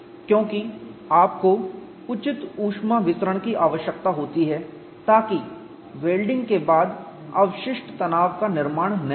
क्योंकि आपको उचित ऊष्मा विसरण की आवश्यकता होती है ताकि वेल्डिंग के बाद अवशिष्ट तनाव रेसीड्यूल स्ट्रेसेस का निर्माण न हो